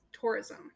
tourism